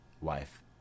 Wife